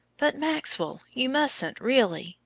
but, maxwell, you mustn't, really!